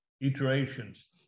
iterations